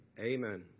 Amen